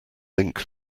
ink